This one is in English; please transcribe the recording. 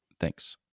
Thanks